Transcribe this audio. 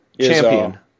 Champion